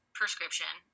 prescription